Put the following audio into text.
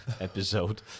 episode